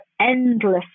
endless